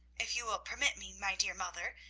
if you will permit me, my dear mother,